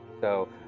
So-